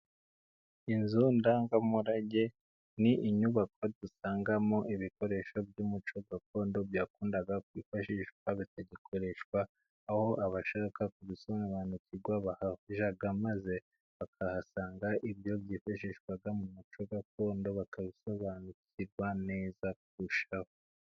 Inzu ndangamurage, ni inyubako dusangamo ibikoresho by'umuco gakondo, byakundaga kwifashishwa bigakoreshwa, aho abashaka gusobanukirwa bahajya, maze bakahasanga ibyo byifashishwa mu muco gakondo, bakabisobanukirwa neza kurushaho.